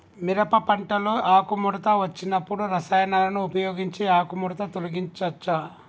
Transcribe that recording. మిరప పంటలో ఆకుముడత వచ్చినప్పుడు రసాయనాలను ఉపయోగించి ఆకుముడత తొలగించచ్చా?